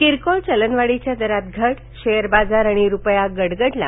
किरकोळ चलनवाढीच्या दरात घट शेअर बाजार आणि रुपया गडगडला